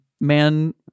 man